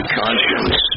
conscience